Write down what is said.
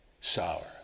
sour